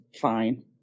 fine